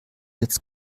jetzt